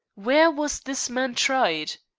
where was this man tried?